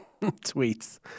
tweets